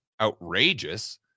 outrageous